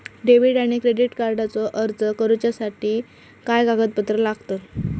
Debit आणि credit कार्डचो अर्ज करुच्यासाठी काय कागदपत्र लागतत?